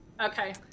Okay